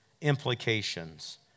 implications